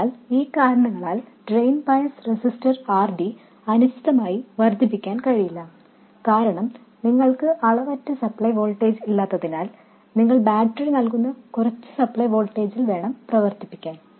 അതിനാൽ ഈ കാരണങ്ങളാൽ ഡ്രെയിൻ ബയസ് റെസിസ്റ്റർ RD അനിശ്ചിതമായി വർദ്ധിപ്പിക്കാൻ കഴിയില്ല കാരണം നിങ്ങൾക്ക് അളവറ്റ സപ്ലൈ വോൾട്ടേജ് ഇല്ലാത്തതിനാൽ നിങ്ങൾ ബാറ്ററി നൽകുന്ന കുറച്ച് സപ്ലൈ വോൾട്ടേജിൽ വേണം പ്രവർത്തിപ്പിക്കാൻ